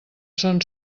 són